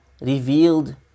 revealed